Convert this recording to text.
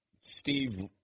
Steve